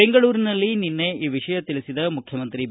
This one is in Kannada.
ಬೆಂಗಳೂರಿನಲ್ಲಿ ನಿನ್ನೆ ಈ ವಿಷಯ ತಿಳಿಸಿದ ಮುಖ್ಯಮಂತ್ರಿ ಬಿ